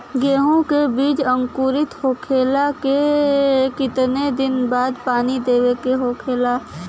गेहूँ के बिज अंकुरित होखेला के कितना दिन बाद पानी देवे के होखेला?